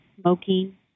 smoking